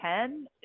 Ten